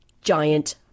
giant